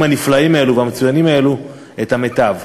הנפלאים האלה והמצוינים האלה את המיטב.